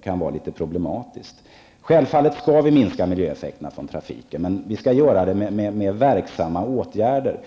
skall självfallet minska miljöeffekterna från trafiken, men vi skall göra det med verksamma åtgärder.